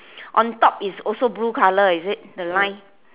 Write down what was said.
on top is also blue colour is it the line